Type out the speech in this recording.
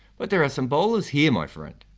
but there are some bowlers here my friend!